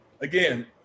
Again